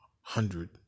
hundred